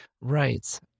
Right